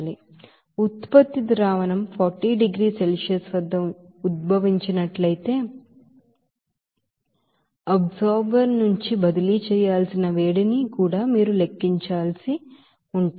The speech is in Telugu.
ప్రోడక్ట్ సొల్యూషన్ఉత్పత్తి ద్రావణం 40 డిగ్రీల సెల్సియస్ వద్ద ఉద్భవించినట్లయితే అబ్జార్బర్ నుంచి బదిలీ చేయాల్సిన వేడిని కూడా మీరు లెక్కించాల్సి ఉంటుంది